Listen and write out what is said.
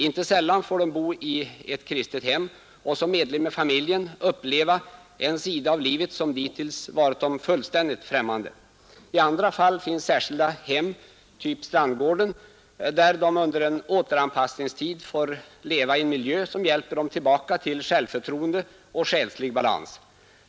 Inte sällan får de bo i ett kristet hem och som medlem i familjen uppleva en sida av livet som förut varit dem fullständigt främmande. I andra fall finns särskilda hem — typ Strandgården — där de under en återanpassningstid får leva i en miljö som hjälper dem tillbaka till självförtroende och själslig balans.